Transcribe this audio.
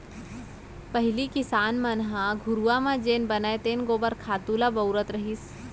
पहिली किसान मन ह घुरूवा म जेन बनय तेन गोबर खातू ल बउरत रहिस